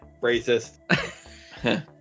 racist